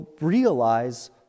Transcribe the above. realize